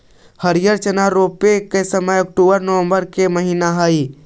हरिअर चना रोपे के समय अक्टूबर नवंबर के महीना हइ